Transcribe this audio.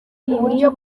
uburyo